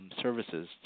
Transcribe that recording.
Services